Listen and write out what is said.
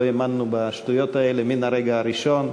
לא האמנו בשטויות האלה מן הרגע הראשון.